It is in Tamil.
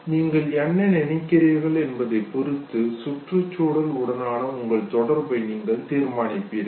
நீங்கள் என்ன நினைக்கிறீர்கள் என்பதை பொறுத்து சுற்றுச்சூழல் உடனான உங்கள் தொடர்பை நீங்கள் தீர்மானிப்பீர்கள்